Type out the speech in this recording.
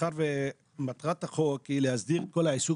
מאחר ומטרת החוק היא להסדיר את כל העיסוק